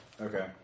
Okay